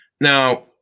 Now